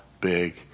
big